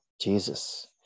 Jesus